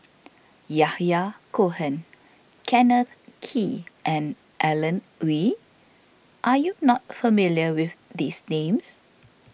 Yahya Cohen Kenneth Kee and Alan Oei Are you not familiar with these names